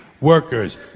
workers